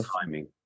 timing